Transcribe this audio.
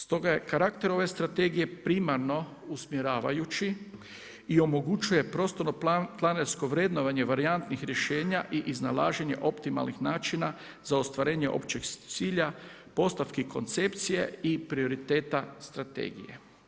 Stoga je karakter ove strategije primarno usmjeravajući i omogućuje prostorno planersko vrednovanje varijantnih rješenja i iznalaženja optimalnih načina za ostvarenje općeg cilja, postavki koncepcije i prioriteta strategije.